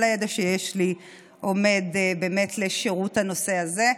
כל הידע שיש לי עומד באמת לשירות הנושא הזה,